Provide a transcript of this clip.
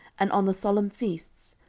and on the solemn feasts,